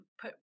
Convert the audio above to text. put